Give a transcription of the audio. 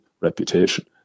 reputation